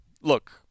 look